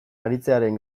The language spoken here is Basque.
aritzearen